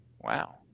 wow